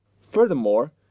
Furthermore